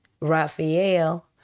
Raphael